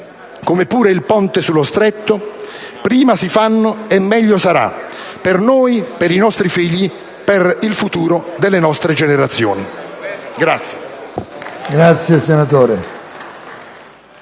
come pure il ponte sullo Stretto prima si realizzano e meglio sarà, per noi, per i nostri figli e per il futuro delle nostre generazioni.